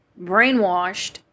brainwashed